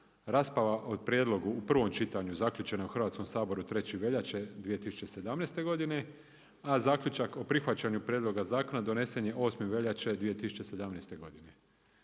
Rasprava o prijedlogu u prvom čitanju zaključeno u Hrvatskom saboru, 3. veljače 2017. godine, a zaključak o prihvaćenju prijedloga zakona, donesen je 8. veljače 2017. godine.